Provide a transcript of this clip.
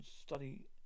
study